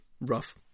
rough